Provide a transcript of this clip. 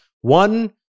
One